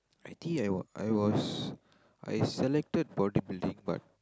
I think I wa~ I was I selected bodybuilding but